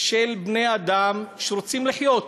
של בני-אדם שרוצים לחיות.